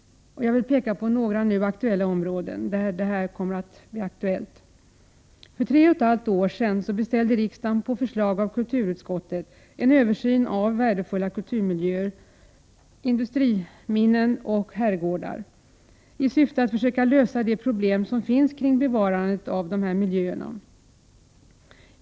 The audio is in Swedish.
Jag vill peka på några nu aktuella områden. För tre och ett halvt år sedan beställde riksdagen på förslag av kulturutskottet en översyn av värdefulla kulturmiljöer — industriminnen och herrgårdar —i syfte att försöka lösa de problem som finns beträffande bevarandet av dessa miljöer.